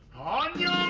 on you.